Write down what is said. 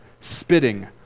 spitting